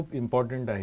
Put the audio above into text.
important